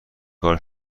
کار